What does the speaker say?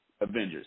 Avengers